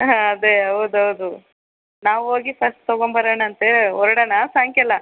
ಅದೇ ಹೌದೌದು ನಾವು ಹೋಗಿ ಫಸ್ಟ್ ತಗೊಂಡುಬರೋಣಂತೆ ಹೊರಡೋಣ ಸಾಯಂಕಾಲ